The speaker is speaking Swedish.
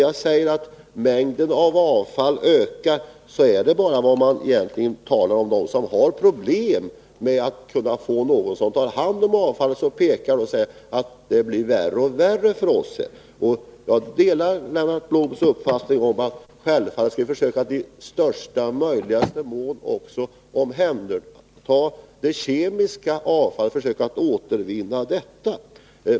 Jag sade att mängden avfall ökar. Det är vad de som har problem med att få någon som tar hand om avfallet säger. De anser att det blir värre och värre för dem. Jag delar Lennart Bloms uppfattning att vi självfallet i största möjliga mån skall försöka omhänderta också det kemiska avfallet och återvinna det.